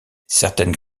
certaines